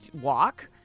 walk